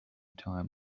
time